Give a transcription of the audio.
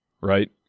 Right